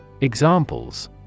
examples